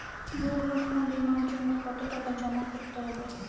দুর্ঘটনা বিমার জন্য কত টাকা জমা করতে হবে?